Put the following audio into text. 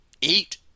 eat